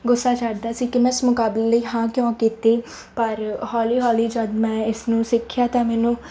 ਗੁੱਸਾ ਚੜ੍ਹਦਾ ਸੀ ਕਿ ਮੈਂ ਇਸ ਮੁਕਾਬਲੇ ਲਈ ਹਾਂ ਕਿਉਂ ਕੀਤੀ ਪਰ ਹੌਲੀ ਹੌਲੀ ਜਦੋਂ ਮੈਂ ਇਸਨੂੰ ਸਿੱਖਿਆ ਤਾਂ ਮੈਨੂੰ